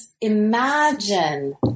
imagine